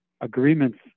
agreements